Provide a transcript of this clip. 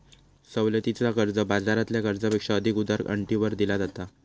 सवलतीचा कर्ज, बाजारातल्या कर्जापेक्षा अधिक उदार अटींवर दिला जाता